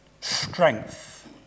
strength